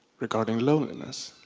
regarding loneliness,